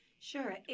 Sure